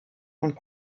und